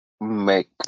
make